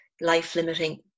life-limiting